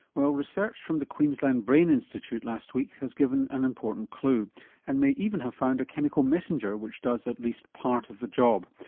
well research from the queensland brain institute last week has given an important clue and may even have found a chemical messenger which does at least part of the job.